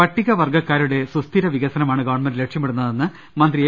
പട്ടിക വർഗ്ഗക്കാരുടെ സുസ്ഥിര വികസനമാണ് ഗവൺമെന്റ് ലക്ഷ്യമിടുന്നതെന്ന് മന്ത്രി എ